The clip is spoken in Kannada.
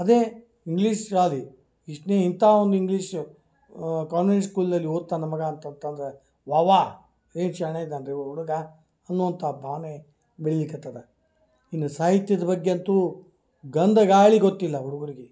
ಅದೇ ಇಂಗ್ಲೀಷ್ ಶಾಲೆ ಎಷ್ಟನೇ ಇಂಥ ಒಂದು ಇಂಗ್ಲೀಷ್ ಕಾನ್ವೆಂಸ್ ಸ್ಕೂಲಲ್ಲಿ ಓದ್ತಾನೆ ನನ್ನ ಮಗ ಅಂತಂತ ಅಂದ್ರೆ ವಾವಾ ಏನು ಶಾಣೆ ಇದ್ದಾನೆ ರೀ ಈ ಹುಡುಗ ಅನ್ನುವಂಥ ಭಾವನೆ ಬೆಳೀಲಿಕ್ಕತ್ತದ ಇನ್ನೂ ಸಾಹಿತ್ಯದ ಬಗ್ಗೆ ಅಂತೂ ಗಂಧ ಗಾಳಿ ಗೊತ್ತಿಲ್ಲ ಹುಡುಗ್ರಿಗೆ